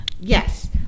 Yes